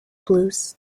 blues